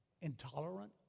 intolerant